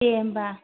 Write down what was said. दे होमबा